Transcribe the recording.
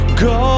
go